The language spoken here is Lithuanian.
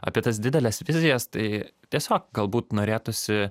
apie tas dideles vizijas tai tiesiog galbūt norėtųsi